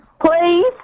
Please